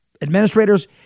administrators